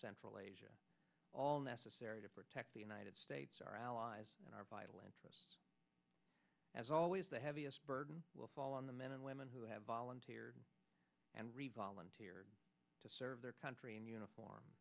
central asia all necessary to protect the united states our allies and our vital interests as always the heaviest burden will fall on the men and women who have volunteered and revolve to serve their country in